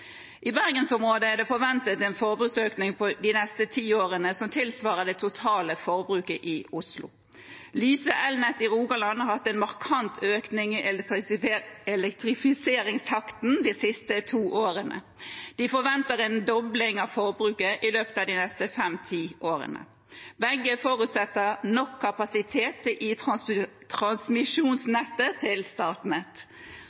I bergensområdet er det forventet en forbruksøkning de neste tiårene som tilsvarer det totale forbruket i Oslo. Lyse Elnett i Rogaland har hatt en markant økning i elektrifiseringstakten de siste to årene. De forventer en dobling av forbruket i løpet av de neste 5–10 årene. Begge forutsetter nok kapasitet i